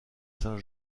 saint